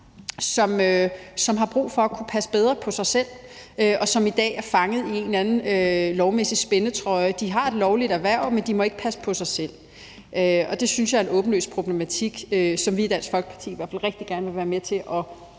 som har brug for at kunne passe bedre på sig selv, og som i dag er fanget i en eller anden lovmæssig spændetrøje. De har et lovligt erhverv, men de må ikke passe på sig selv. Det synes jeg er en åbenlys problematik, som vi i Dansk Folkeparti i hvert fald rigtig gerne vil være med til at